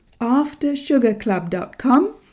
AfterSugarClub.com